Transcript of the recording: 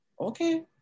okay